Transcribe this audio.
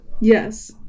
Yes